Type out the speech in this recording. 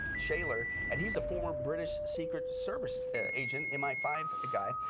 shaylor and he is a former british secret service agent m i five ah guy.